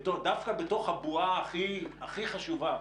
דווקא בתוך הבועה הכי חשובה,